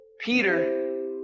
Peter